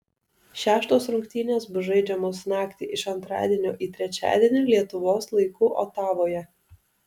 šeštos rungtynės bus žaidžiamos naktį iš antradienio į trečiadienį lietuvos laiku otavoje